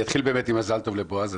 אתחיל עם מזל טוב לבועז.